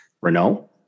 Renault